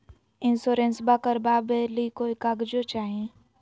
इंसोरेंसबा करबा बे ली कोई कागजों चाही?